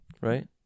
right